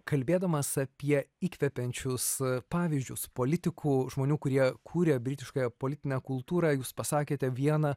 kalbėdamas apie įkvepiančius pavyzdžius politikų žmonių kurie kūrė britiškąją politinę kultūrą jūs pasakėte vieną